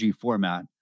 format